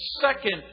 second